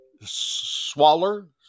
Swaller